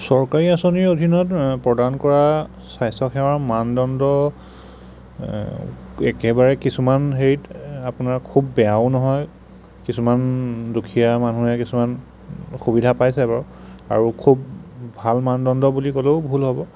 চৰকাৰী আঁচনিৰ অধীনত প্ৰদান কৰা স্বাস্থ্য সেৱাৰ মানদণ্ড একেবাৰে কিছুমান হেৰিত আপোনাৰ খুব বেয়াও নহয় কিছুমান দুখীয়া মানুহে কিছুমান অসুবিধা পাইছে বাৰু আৰু খুব ভাল মানদণ্ড বুলি ক'লেও ভুল হ'ব